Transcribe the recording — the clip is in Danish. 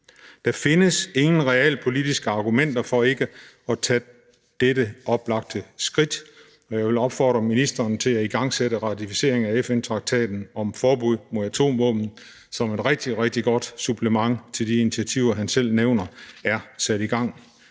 Der findes ingen realpolitiske argumenter for ikke at tage dette oplagte skridt, og jeg vil opfordre ministeren til at igangsætte en ratificering af FN-traktaten om et forbud mod atomvåben som et rigtig, rigtig godt supplement til de initiativer, han selv nævner er sat i gang.